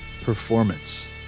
performance